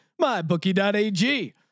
MyBookie.ag